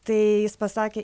tai jis pasakė